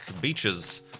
beaches